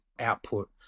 output